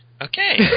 Okay